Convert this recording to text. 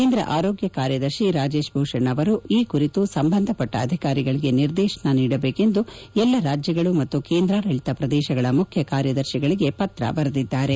ಕೇಂದ್ರ ಆರೋಗ್ಲ ಕಾರ್ಯದರ್ಶಿ ರಾಜೇಶ್ಭೂಷಣ್ ಅವರು ಈ ಕುರಿತು ಸಂಬಂಧಪಟ್ಟ ಅಧಿಕಾರಿಗಳಿಗೆ ನಿರ್ದೇಶನ ನೀಡಬೇಕೆಂದು ಎಲ್ಲಾ ರಾಜ್ಯಗಳು ಮತ್ತು ಕೇಂದ್ರಾಡಳಿತ ಪ್ರದೇಶಗಳ ಮುಖ್ಯ ಕಾರ್ಯದರ್ತಿಗಳಿಗೆ ಪತ್ರ ಬರೆದಿದ್ದಾರೆ